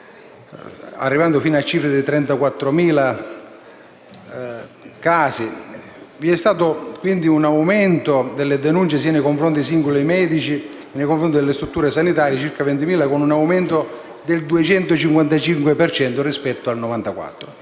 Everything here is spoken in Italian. arrivando fino a 34.000 casi. Vi è stato quindi un aumento delle denunce sia nei confronti di singoli medici, sia nei confronti delle strutture sanitarie (circa 20.000) con un aumento del 255 per cento rispetto al 1994.